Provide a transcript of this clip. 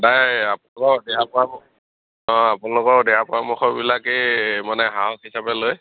তাকে আপোনালোকৰ দিহা পৰামৰ্শ অঁ আপোনালোকৰ দিহা পৰামৰ্শবিলাকেই মানে সাহস হিচাপে লৈ